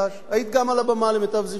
היית גם על הבמה, למיטב זיכרוני.